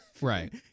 right